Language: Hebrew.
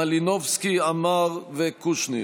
יוליה מלינובסקי קונין,